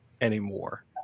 anymore